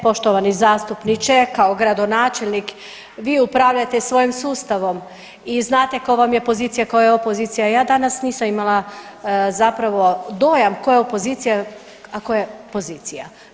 Poštovani zastupniče, kao gradonačelnik vi upravljate svojim sustavom i znate ko vam je pozicija, ko je opozicija, ja danas nisam imala zapravo dojam ko je opozicija, a ko je pozicija.